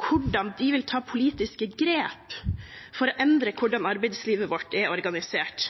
hvordan de vil ta politiske grep for å endre hvordan arbeidslivet vårt er organisert.